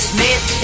Smith